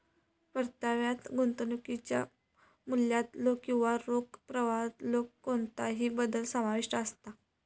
परताव्यात गुंतवणुकीच्या मूल्यातलो किंवा रोख प्रवाहातलो कोणतोही बदल समाविष्ट असता